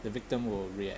the victim will react